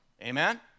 Amen